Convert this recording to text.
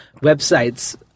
websites